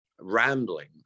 rambling